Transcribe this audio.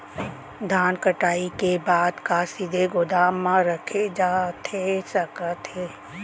धान कटाई के बाद का सीधे गोदाम मा रखे जाथे सकत हे?